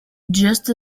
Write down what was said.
just